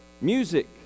music